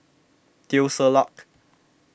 Teo Ser Luck